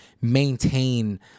maintain